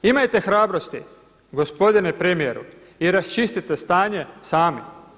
Imajte hrabrosti gospodine premijeru i raščistite stanje sami.